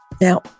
Now